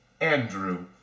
Andrew